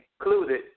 included